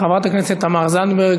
חברת הכנסת תמר זנדברג,